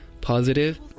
positive